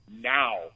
now